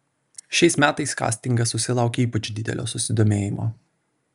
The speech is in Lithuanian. šiais metais kastingas susilaukė ypač didelio susidomėjimo